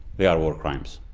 they are war crimes,